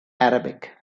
arabic